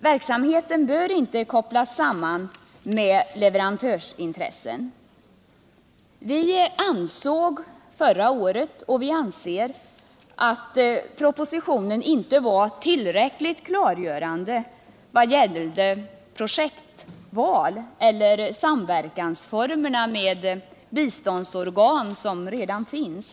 Verksamheten bör inte kopplas samman med leverantörsintressen. Vi ansåg, och vi anser fortfarande, att den proposition som behandlades förra året inte var tillräckligt klargörande vad gällde projektval eller former för samverkan med de biståndsorgan som redan fanns.